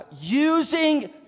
using